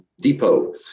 depot